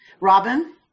Robin